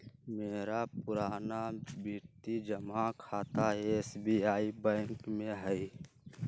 मेरा पुरनावृति जमा खता एस.बी.आई बैंक में हइ